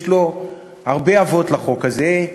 יש לו הרבה אבות, לחוק הזה.